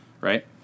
right